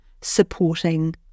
supporting